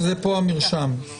כן, זה קיים.